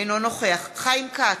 אינו נוכח חיים כץ,